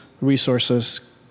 resources